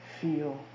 feel